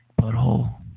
butthole